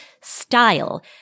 style